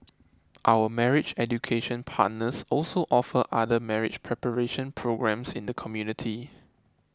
our marriage education partners also offer other marriage preparation programmes in the community